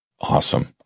Awesome